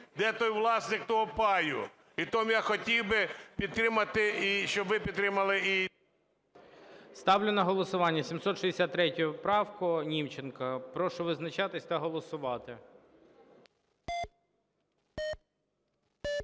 де той власник того паю. І тому я хотів би підтримати, і щоб ви підтримали і… ГОЛОВУЮЧИЙ. Ставлю на голосування 763 правку Німченка. Прошу визначатись та голосувати. 12:40:59 За-56